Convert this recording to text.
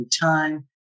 time